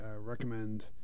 recommend